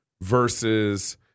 Versus